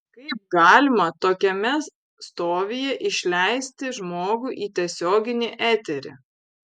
kaip galima tokiame stovyje išleisti žmogų į tiesioginį eterį